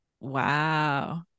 wow